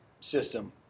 system